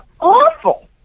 awful